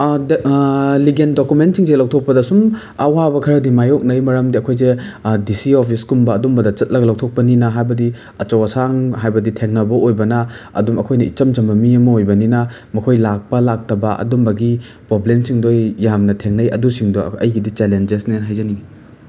ꯑꯥꯗ ꯂꯤꯒꯦꯟ ꯗꯣꯀꯨꯃꯦꯟꯁꯤꯡꯁꯦ ꯂꯧꯊꯣꯛꯄꯗ ꯁꯨꯝ ꯑꯋꯥꯕ ꯈꯔꯗꯤ ꯃꯥꯏꯌꯣꯛꯅꯩ ꯃꯔꯝꯗꯤ ꯑꯩꯈꯣꯏꯁꯦ ꯗꯤ ꯁꯤ ꯑꯣꯐꯤꯁꯀꯨꯝꯕ ꯑꯗꯨꯝꯕꯗ ꯆꯠꯂꯒ ꯂꯧꯊꯣꯛꯄꯅꯤꯅ ꯍꯥꯏꯕꯗꯤ ꯑꯆꯧ ꯑꯁꯥꯡ ꯍꯥꯏꯕꯗꯤ ꯊꯦꯡꯅꯕ ꯑꯣꯏꯕꯅ ꯑꯗꯨꯝ ꯑꯩꯈꯣꯏꯅ ꯏꯆꯝ ꯆꯝꯕ ꯃꯤ ꯑꯃ ꯑꯣꯏꯕꯅꯤꯅ ꯃꯈꯣꯏ ꯂꯥꯛꯄ ꯂꯥꯛꯇꯕ ꯑꯗꯨꯝꯕꯒꯤ ꯄꯣꯕ꯭ꯂꯦꯝꯁꯤꯡꯗꯣ ꯌꯥꯝꯅ ꯊꯦꯡꯅꯩ ꯑꯗꯨꯁꯤꯡꯗꯣ ꯑꯩꯒꯤꯗꯤ ꯆꯦꯂꯦꯟꯖꯦꯁꯅꯦ ꯍꯥꯏꯖꯅꯤꯡꯉꯤ